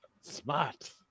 Smart